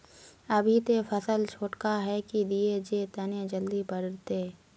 अभी ते फसल छोटका है की दिये जे तने जल्दी बढ़ते?